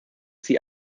sie